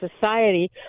society